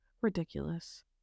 ridiculous